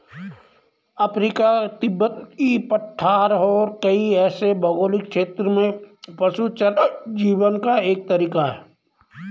Africa, तिब्बती पठार और कई ऐसे भौगोलिक क्षेत्रों में पशुचारण जीवन का एक तरीका है